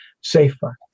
safer